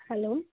hello